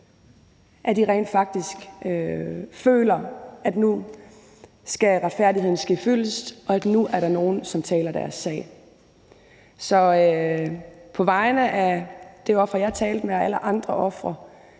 at de rent faktisk føler, at nu skal retfærdigheden skal fyldest, og at der nu er nogen, der taler deres sag. Så på vegne af det offer, jeg talte med, og alle andre ofre